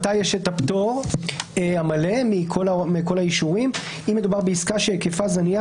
מתי יש את הפטור המלא מכל האישורים "אם מדובר בעסקה שהקיפה זניח